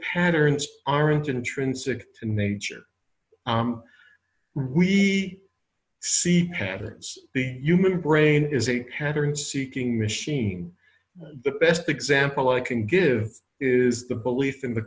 patterns aren't intrinsic to nature we see patterns the human brain is a pattern seeking machine the best example i can give is the belief in the